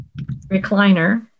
recliner